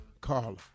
Carla